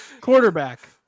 quarterback